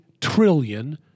trillion